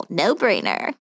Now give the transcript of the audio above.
no-brainer